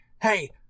hey